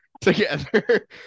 together